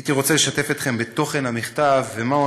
הייתי רוצה לשתף אתכם בתוכן המכתב ומהו